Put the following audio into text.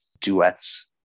duets